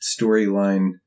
storyline